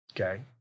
Okay